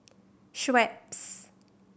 schweppes